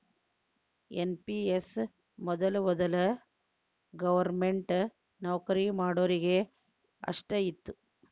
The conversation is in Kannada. ಎನ್.ಪಿ.ಎಸ್ ಮೊದಲ ವೊದಲ ಗವರ್ನಮೆಂಟ್ ನೌಕರಿ ಮಾಡೋರಿಗೆ ಅಷ್ಟ ಇತ್ತು